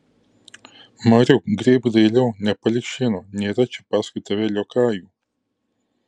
mariuk grėbk dailiau nepalik šieno nėra čia paskui tave liokajų